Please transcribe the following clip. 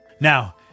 Now